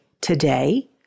today